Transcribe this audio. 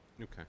Okay